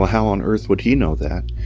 how on earth would he know that?